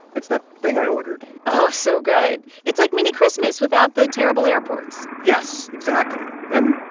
it's that thing i ordered oh, so good. it's like mini-christmas without the terrible airports yes, exactly. and,